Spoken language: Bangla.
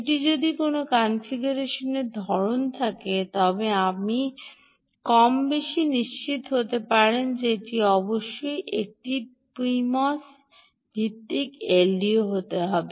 এটি যদি কোনও কনফিগারেশনের ধরণ থাকে তবে আপনি কম বেশি নিশ্চিত হতে পারেন যে এটি অবশ্যই একটি পিএমওএস ভিত্তিক এলডিও হতে হবে